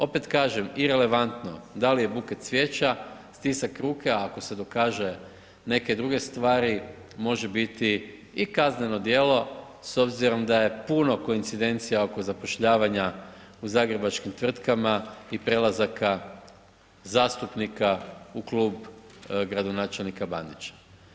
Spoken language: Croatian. Opet kažem irelevantno da li je buket cvijeća, stisak ruke, a ako se dokaže neke druge stvari, može biti i kazneno djelo s obzirom da je puno koincidencija oko zapošljavanja u zagrebačkim tvrtkama i prelazaka zastupnika u klub gradonačelnika Bandića.